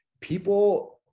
people